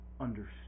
understood